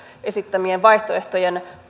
esittämien vaihtoehtojen